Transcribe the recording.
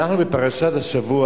בפרשת השבוע